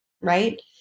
right